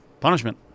Punishment